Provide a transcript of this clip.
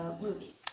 movie